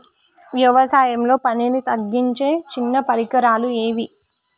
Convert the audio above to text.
వ్యవసాయంలో పనిని తగ్గించే చిన్న పరికరాలు ఏవి?